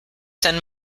send